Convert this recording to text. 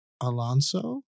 Alonso